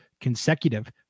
consecutive